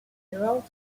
route